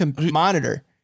monitor